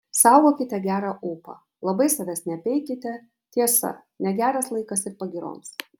saugokite gerą ūpą labai savęs nepeikite tiesa negeras laikas ir pagyroms